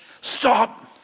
Stop